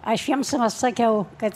aš jiems sakiau kad